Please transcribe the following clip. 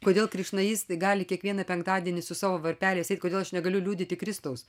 kodėl krišnaistai gali kiekvieną penktadienį su savo varpeliais eit kodėl aš negaliu liudyti kristaus